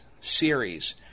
series